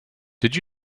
did